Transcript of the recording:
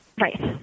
Right